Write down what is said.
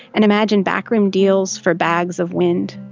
and imagined backroom deals for bags of wind.